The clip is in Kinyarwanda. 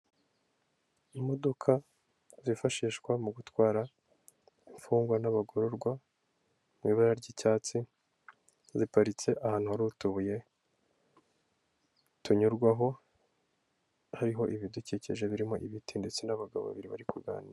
Imodoka zifashishwa mu gutwara imfungwa n'abagororwa, mu ibara ry'icyatsi ziparitse ahantu hari utubuye tunyurwaho, harimo ibidukikije birimo ibiti ndetse n'abagabo babiri bari kuganira.